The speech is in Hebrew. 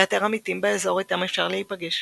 לאתר עמיתים באזור איתם אפשר להיפגש,